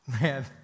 Man